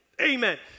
Amen